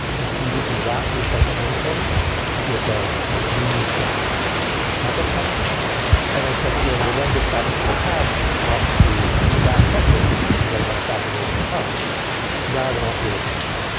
and so you can wrap your scikit-learn code with ah a use dask context manager and then scikit-learn will then dispatch these little tasks off to a dask cluster you know running on thousands nodes in the cloud rather than on to your local machine.